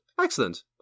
Excellent